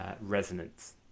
resonance